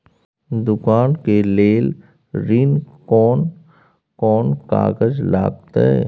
दुकान के लेल ऋण कोन कौन कागज लगतै?